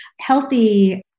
healthy